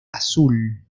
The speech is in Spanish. azul